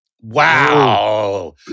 Wow